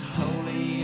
holy